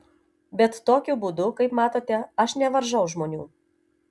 bet tokiu būdu kaip matote aš nevaržau žmonių